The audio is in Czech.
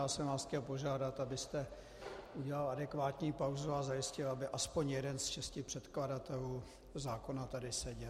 Já jsem vás chtěl požádat, abyste udělal adekvátní pauzu a zajistil, aby aspoň jeden z šesti předkladatelů zákona tady seděl.